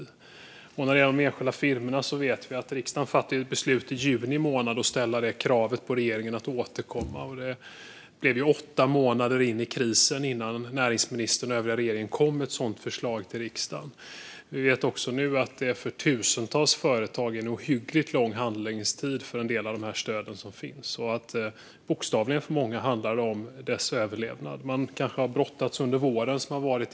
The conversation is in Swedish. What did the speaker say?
När det gäller enskilda firmor vet vi att riksdagen fattade ett beslut i juni månad, där man ställde kravet på regeringen att återkomma. Det blev åtta månader in i krisen som näringsministern och övriga regeringen kom med ett sådant förslag till riksdagen. Vi vet också att det för tusentals företag är en ohyggligt lång handläggningstid för en del av de stöd som finns. För många företag handlar det bokstavligen om deras överlevnad. De har kanske brottats med konsekvenserna av pandemin under våren.